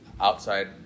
outside